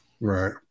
Right